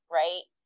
right